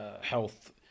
health